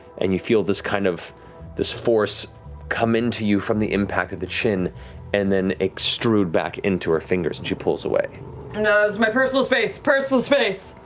and you feel this kind of this force come into you from the impact at the chin and then extrude back into her fingers and she pulls away. marisha and that's my personal space, personal space!